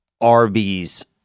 Arby's